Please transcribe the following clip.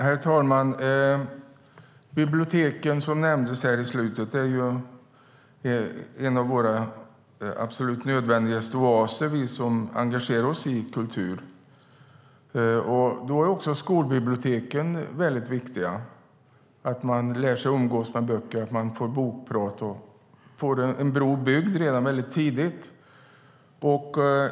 Herr talman! För oss som engagerar oss i kultur hör biblioteken till våra absolut nödvändigaste oaser. Också skolbiblioteken är viktiga så att man lär sig umgås med böcker, får tala om böcker och tidigt får en bro byggd.